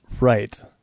Right